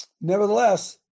Nevertheless